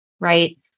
right